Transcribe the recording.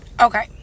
okay